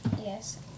Yes